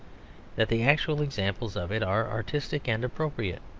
that the actual examples of it are artistic and appropriate.